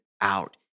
out